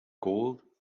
goal